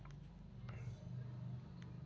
Check fraud ಅಂದ್ರ ಏನು?